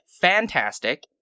fantastic